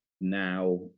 Now